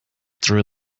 through